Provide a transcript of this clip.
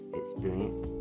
experience